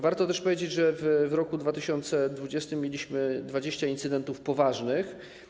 Warto też powiedzieć, że w roku 2020 mieliśmy 20 incydentów poważnych.